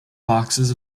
boxes